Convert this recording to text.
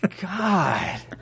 God